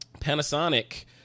Panasonic